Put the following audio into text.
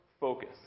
focus